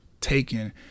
taken